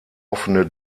offene